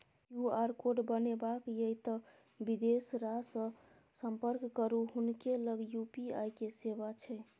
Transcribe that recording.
QR code बनेबाक यै तए बिदेसरासँ संपर्क करू हुनके लग यू.पी.आई के सेवा छै